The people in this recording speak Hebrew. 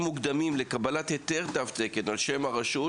מוקדמים לקבלת היתר תו תקן על שם הרשות